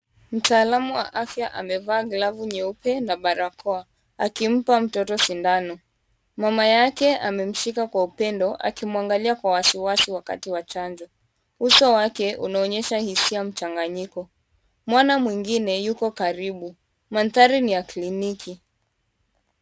Mtaalamu wa afya amevaa glavu nyeupe na barakoa akimpa mtoto sindano. Mama yake amemshika kwa upendo akimwangalia kwa wasiwasi wakati wa chanjo. Uso wake unaonyesha hisia mchanganyiko. Mwana mwingine yuko karibu. Mandhari ni ya kliniki.